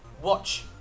Watch